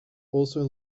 also